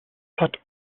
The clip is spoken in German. hat